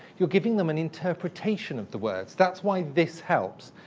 you're giving them an interpretation of the words. that's why this helps.